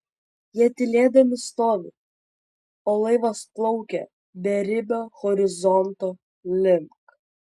jie tylėdami stovi o laivas plaukia beribio horizonto link